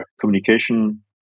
communication